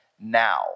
now